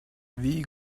wie